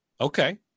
Okay